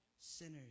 sinners